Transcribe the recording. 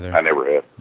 i never had.